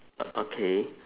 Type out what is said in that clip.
o~ okay